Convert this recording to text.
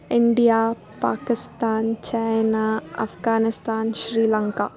India Pakistan China Afghanistan Sri Lanka